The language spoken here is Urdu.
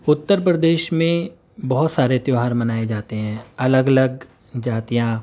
اتّر پردیش میں بہت سارے تیوہار منائے جاتے ہیں الگ الگ جاتیاں